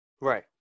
Right